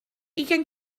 ugain